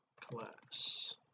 class